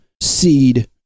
Seed